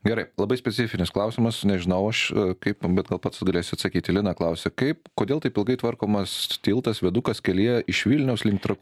gerai labai specifinis klausimas nežinau aš kaip bet gal pats tu galėsi atsakyti lina klausia kaip kodėl taip ilgai tvarkomas tiltas viadukas kelyje iš vilniaus link tra